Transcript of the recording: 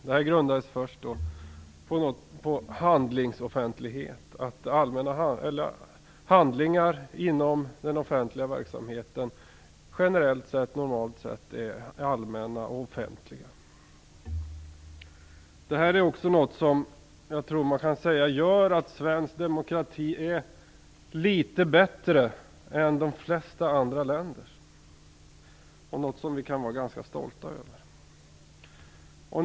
Lagen grundades på handlingsoffentligheten, dvs. att handlingar inom den offentliga verksamheten generellt och normalt sett är allmänna och offentliga. Detta är också något som gör att man kan säga att svensk demokrati är litet bättre än de flesta andra länders och något som vi kan vara ganska stolta över.